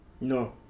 No